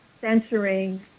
censoring